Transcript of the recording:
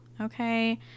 Okay